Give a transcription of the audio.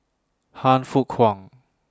Han Fook Kwang